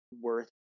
worth